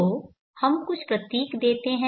तो हम कुछ प्रतीक देते हैं